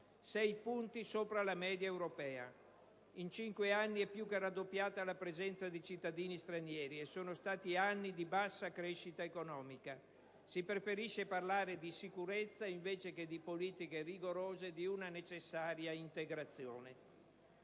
(sei punti sopra la media europea); in cinque anni è più che raddoppiata la presenza di cittadini stranieri, e sono stati anni di bassa crescita economica. Si preferisce parlare di sicurezza invece che di politiche rigorose, di una necessaria integrazione.